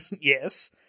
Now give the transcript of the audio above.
Yes